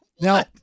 Now